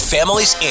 Families